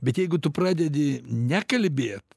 bet jeigu tu pradedi nekalbėt